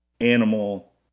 animal